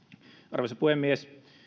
arvoisa puhemies